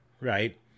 right